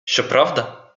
щоправда